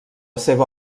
seva